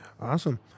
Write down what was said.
Awesome